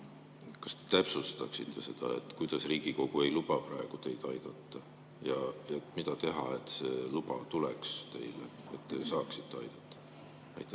Kas te täpsustaksite seda, kuidas Riigikogu ei luba praegu teid aidata, ja mida teha, et see luba teil oleks, et te saaksite aidata? Ma